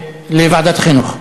לוועדת החינוך.